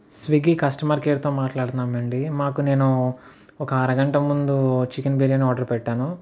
Swiggy customer కేర్తో మాట్లాడుతున్నాము అండి మాకు నేను ఒక అరగంట ముందు చికెన్ బిర్యానీ ఆర్డర్ పెట్టాను